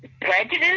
Prejudice